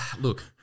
Look